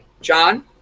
john